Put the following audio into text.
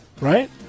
Right